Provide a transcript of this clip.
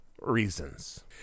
reasons